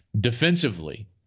Defensively